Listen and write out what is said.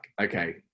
okay